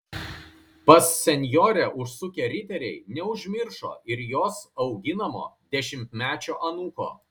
pas senjorę užsukę riteriai neužmiršo ir jos auginamo dešimtmečio anūko